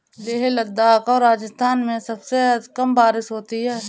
लेह लद्दाख और राजस्थान में सबसे कम बारिश होती है